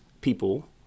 people